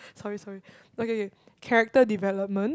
sorry sorry okay okay character development